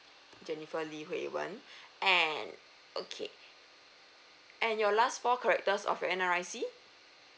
jennifer lee hui wen and okay and your last four characters of your N_R_I_C